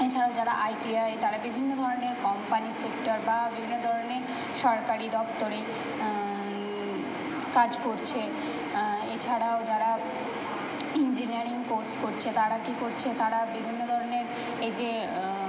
এছাড়াও যারা আইটিআই তারা বিভিন্ন ধরনের কম্পানি সেক্টর বা বিভিন্ন ধরনের সরকারি দপ্তরে কাজ করছে এছাড়াও যারা ইঞ্জিনিয়ারিং কোর্স করছে তারা কী করছে তারা বিভিন্ন ধরনের এই যে